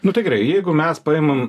nu tai gerai jeigu mes paimam